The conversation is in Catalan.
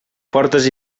portes